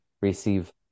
receive